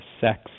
sex